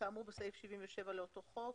- כאמור בסעיף 77 לאותו חוק,